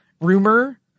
rumor